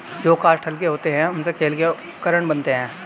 जो काष्ठ हल्के होते हैं, उनसे खेल के उपकरण बनते हैं